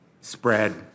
spread